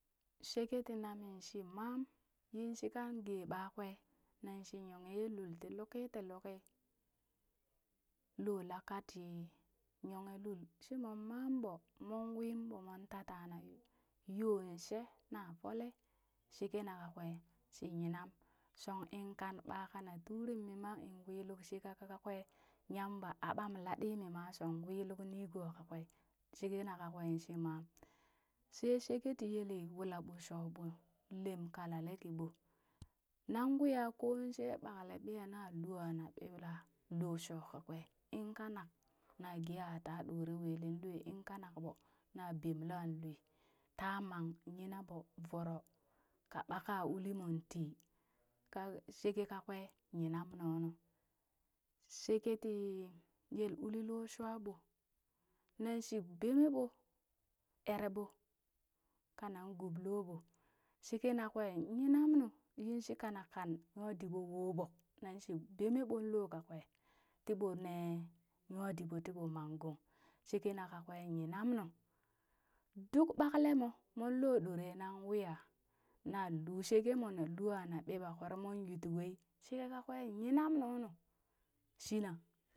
Sheke ti namin shii mam yin shikan gee ɓa kwee nan shii yunglee yee lul tii luki ti luki loola ka ti yunghe lul shimong maa ɓoo, mong wiin ɓoo mwan tatana yoo she na fole, sheke na ka kwee shi yinam shong inn kan ɓa na turim wii luk sheke kakakwee, yamba aɓam laɗii mima shong wii luk nigoo ka kwee, sheke na ka kwee shii mam. she sheke ti yele wula ɓo shoo ɓo lem kalale ki ɓo, nan wii a ko she ɓankle ɓiya na lua na ɓiɓla loo shoo mo kakwee in kanak na geha ata ɗore welen loe in kanak ɓoo na bemla loe, taa mang yina ɓoo voroo ka ɓaka uli mon tii ka sheke kakwee yinam nunu. Sheke tii yele uli loo shwaa ɓoo, nan shi bemeɓo eree ɓoo, kana guub looɓoo, sheke na kwe nyinam nu yin shikana kan nwa diɓo wuɓoo, nan shi bemeɓon loo kakwee tii ɓoo nee nywa diɓo ti ɓo mang gong sheke na kakwee yinamnu duk ɓakle mo, mon loo ɗore nan wii na lu sheke mo na luu aa na ɓiɓaa kweeree mon yuu tii wei, she ka kwee yinam nunu shina.